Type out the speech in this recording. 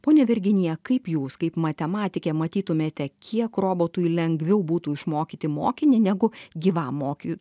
ponia virginija kaip jūs kaip matematikė matytumėte kiek robotui lengviau būtų išmokyti mokinį negu gyvam moky